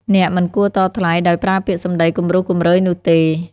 អ្នកមិនគួរតថ្លៃដោយប្រើពាក្យសំដីគំរោះគំរើយនោះទេ។